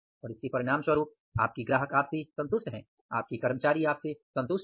और इसके परिणामस्वरूप आपके ग्राहक संतुष्ट हैं आपके कर्मचारी संतुष्ट हैं